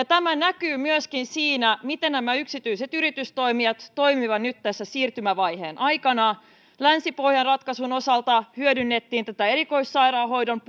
tämä näkyy myöskin siinä miten nämä yksityiset yritystoimijat toimivat nyt tässä siirtymävaiheen aikana länsi pohjan ratkaisun osalta hyödynnettiin tätä erikoissairaanhoidon